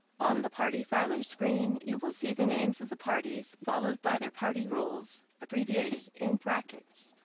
on the party filer screen you will see the names of the parties followed by their party roles abbreviated in brackets.